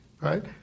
right